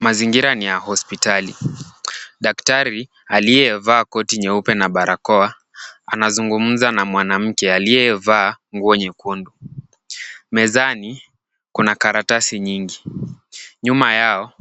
Mazingira ni ya hospitali. Daktari aliyevaa koti nyeupe na barakoa anazungumza na mwanamke aliyevaa nguo nyekundu. Mezani kuna karatasi nyingi. Nyuma yao